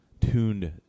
tuned